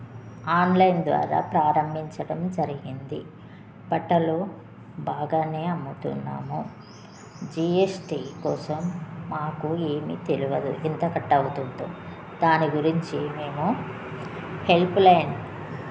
online ద్వారా ప్రారంభించటం జరిగింది బట్టలు బాగానే అమ్ముతున్నాము జీఎస్టీ కోసం మాకు ఏమి తెలియదు ఎంత కట్ అవుతుందో దానిగురించి మేము హెల్ప్లైన్